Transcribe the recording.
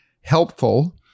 helpful